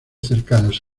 cercanos